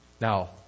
Now